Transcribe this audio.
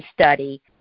study